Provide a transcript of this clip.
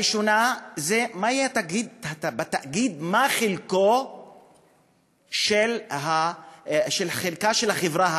הראשונה היא, בתאגיד, מה חלקה של החברה הערבית?